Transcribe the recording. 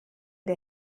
der